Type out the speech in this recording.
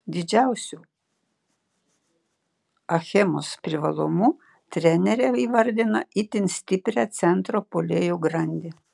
didžiausiu achemos privalumu trenerė įvardina itin stiprią centro puolėjų grandį